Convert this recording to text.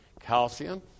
calcium